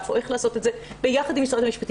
או איך לעשות את זה ביחד עם משרד המשפטים,